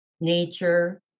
Nature